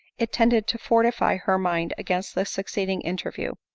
it tended to fortify her mind against the succeeding interview.